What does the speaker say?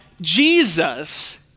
Jesus